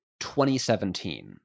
2017